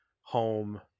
Home